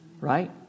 Right